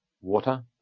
water